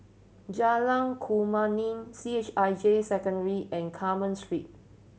Jalan Kemuning C H I J Secondary and Carmen Street